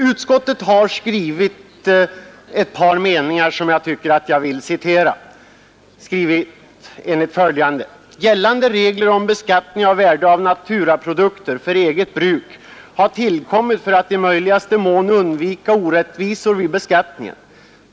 Utskottet har skrivit ett par meningar som jag vill citera: ”Gällande regler av beskattning av värde av naturaprodukter för eget bruk har tillkommit för att i möjligaste mån undvika orättvisor vid beskattningen.